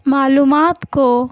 معلومات کو